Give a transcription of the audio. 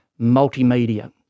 multimedia